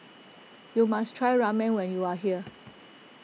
you must try Ramen when you are here